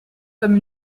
comme